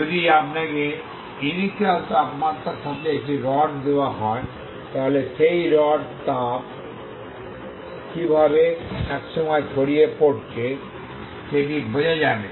যদি আপনাকে ইনিশিয়াল তাপমাত্রার সাথে একটি রড দেওয়া হয় তাহলে সেই রডে তাপ কিভাবে এক সময় ছড়িয়ে পড়ছে সেটি বোঝা যাবে